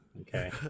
Okay